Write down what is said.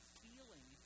feeling